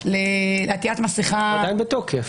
הפטור לעטיית מסכה --- הוא עדיין בתוקף.